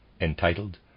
entitled